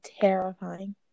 terrifying